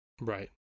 Right